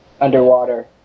Underwater